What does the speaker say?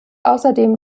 außerdem